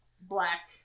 black